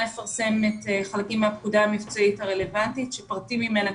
לפרסם חלקים מהפקודה המבצעית הרלוונטית שפרטים ממנה,